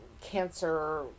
Cancer